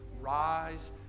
Rise